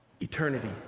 eternity